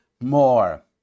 more